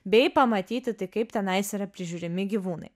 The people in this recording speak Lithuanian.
bei pamatyti tai kaip tenais yra prižiūrimi gyvūnai